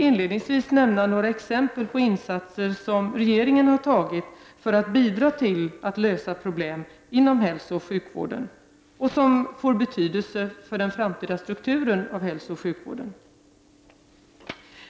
Inledningsvis vill jag ge några exempel på insatser som regeringen har gjort för att bidra till att lösa problem inom hälsooch sjukvården, insatser som får betydelse för den framtida strukturen inom hälsooch sjukvården.